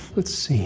let's see